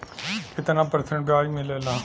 कितना परसेंट ब्याज मिलेला?